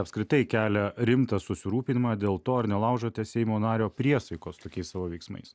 apskritai kelia rimtą susirūpinimą dėl to ar nelaužote seimo nario priesaikos tokiais savo veiksmais